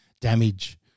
Damage